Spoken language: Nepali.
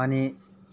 अनि